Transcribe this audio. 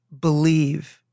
believe